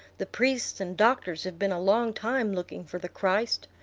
the priests and doctors have been a long time looking for the christ.